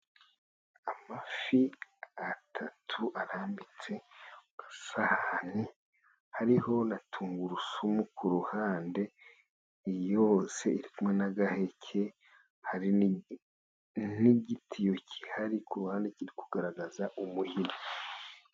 Amafi atatu arambitse ku isahani hariho na tungurusumu ku ruhande, yose iri kumwe n'agaheke, hari n'igitiyo gihari ku ruhande kiri kugaragaza umurima.